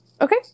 Okay